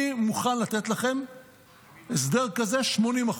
אני מוכן לתת לכם הסדר כזה, 80%,